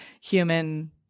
human